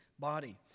body